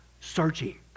searching